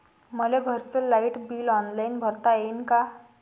मले घरचं light bill online भरता येईन का?